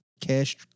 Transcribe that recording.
Cash